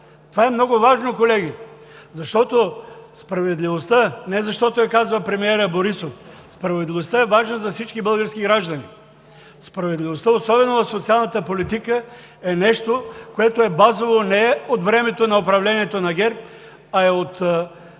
Това е много важно, колеги, защото справедливостта, не защото казва премиерът Борисов – справедливостта е важна за всички български граждани. Справедливостта, особено в социалната политика е нещо, което е базово не от времето на управлението на ГЕРБ, а е още